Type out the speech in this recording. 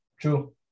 True